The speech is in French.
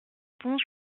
pons